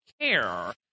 care